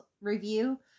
Review